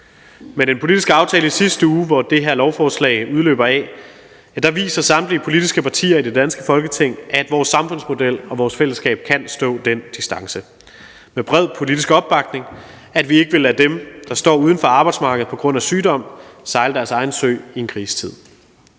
Med den politiske aftale i sidste uge, som det her lovforslag er en udløber af, viser samtlige politiske partier i det danske Folketing, at vores samfundsmodel og fællesskab kan stå den distance. Med bred politisk opbakning viser vi, at vi ikke vil lade dem, der står uden for arbejdsmarkedet på grund af sygdom, sejle deres egen sø i en krisetid.